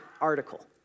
article